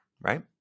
right